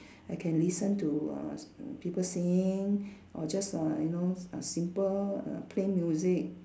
I can listen to uh people singing or just uh you know uh simple uh plain music